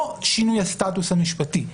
לא שינוי הסטטוס המשפטי,